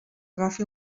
agafi